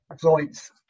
joints